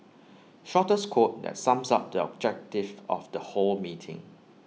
shortest quote that sums up the objective of the whole meeting